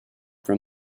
from